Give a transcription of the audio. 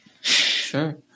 Sure